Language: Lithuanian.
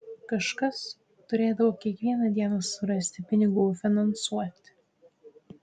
kažkas turėdavo kiekvieną dieną surasti pinigų finansuoti